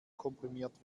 komprimiert